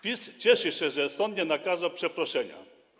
PiS cieszy się, że sąd nie nakazał przeproszenia.